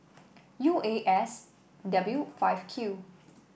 U A S W five Q